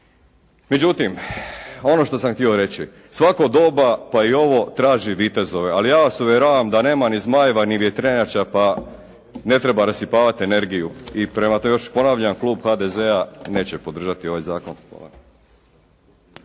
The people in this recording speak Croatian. Međutim ono što sam htio reći. Svako doba pa i ovo traži vitezove. Ali ja vas uvjeravam da nema ni zmajeva ni vjetrenjača pa ne treba rasipavati energiju. I još ponavljam Klub HDZ-a neće podržati ovaj zakon.